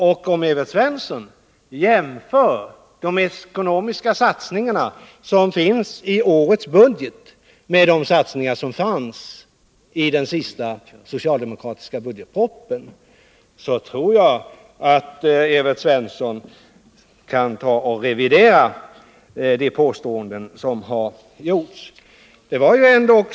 Om Evert Svensson jämför de ekonomiska satsningarna i årets budget med de satsningar som föreslogs i den sista socialdemokratiska budgetpropositionen, tror jag att han reviderar de påståenden som han gjort.